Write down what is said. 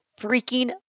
freaking